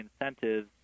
incentives